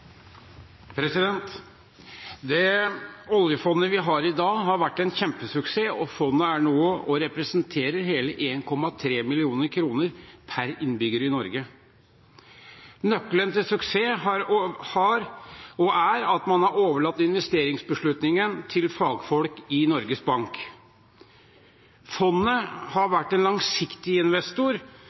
Det oljefondet vi har i dag, har vært en kjempesuksess, og fondet representerer nå hele 1,3 mill. kr per innbygger i Norge. Nøkkelen til suksessen har vært og er at man har overlatt investeringsbeslutningen til fagfolk i Norges Bank. Fondet har vært en langsiktig investor